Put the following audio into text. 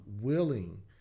willing